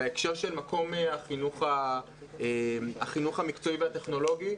בהקשר של מקום החינוך המקצועי והטכנולוגי.